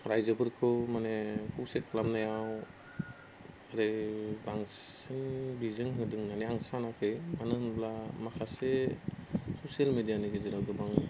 रायजोफोरखौ माने खौसे खालामनायाव ओरै बांसिन बिजों होदों होननानै आं सानाखै मानो होनोब्ला माखासे ससियेल मिडियानि गेजेराव गोबां